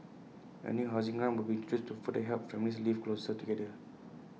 A new housing grant will be introduced to further help families live closer together